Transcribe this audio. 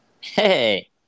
Hey